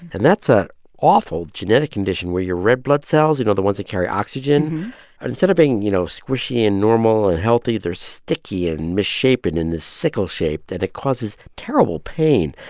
and that's an ah awful genetic condition where your red blood cells you know, the ones that carry oxygen instead of being, you know, squishy and normal and healthy, they're sticky and and misshapen in this sickle shape that it causes terrible pain.